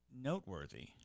noteworthy